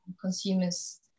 consumers